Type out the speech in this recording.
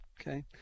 Okay